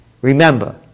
remember